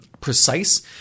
precise